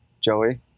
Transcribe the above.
Joey